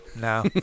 No